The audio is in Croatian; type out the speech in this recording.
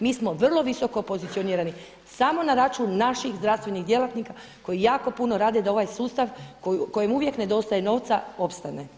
Mi smo vrlo visoko pozicionirati samo na račun naših zdravstvenih djelatnika koji jako puno rade da ovaj sustav kojima uvijek nedostaje novca opstane.